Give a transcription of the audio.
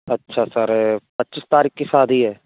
अच्छा सर पच्चीस तारीख की शादी है